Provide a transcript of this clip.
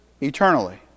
eternally